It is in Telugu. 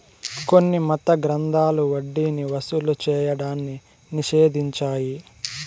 కొన్ని మత గ్రంథాలు వడ్డీని వసూలు చేయడాన్ని నిషేధించాయి